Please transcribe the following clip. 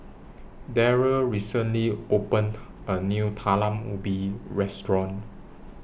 Darrell recently opened A New Talam Ubi Restaurant